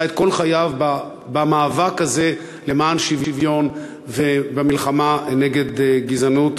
עשה את כל חייו במאבק הזה למען שוויון ובמלחמה נגד גזענות.